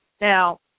Now